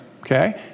okay